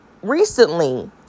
Recently